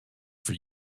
for